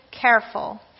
careful